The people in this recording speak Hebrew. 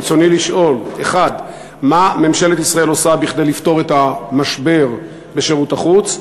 ברצוני לשאול: 1. מה עושה ממשלת ישראל כדי לפתור את המשבר בשירות החוץ?